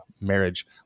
marriage